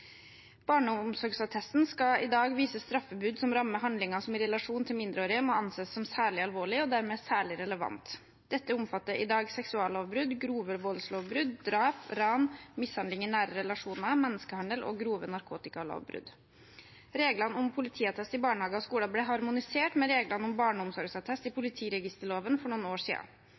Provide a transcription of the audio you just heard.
Barneomsorgsattesten skal i dag vise straffebud som rammer handlinger som i relasjon til mindreårige må anses som særlig alvorlige og dermed særlig relevante. Dette omfatter i dag seksuallovbrudd, grove voldslovbrudd, drap, ran, mishandling i nære relasjoner, menneskehandel og grove narkotikalovbrudd. Reglene om politiattest i barnehager og skoler ble harmonisert med reglene om barneomsorgsattest i politiregisterloven for noen år